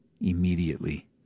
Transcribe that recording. immediately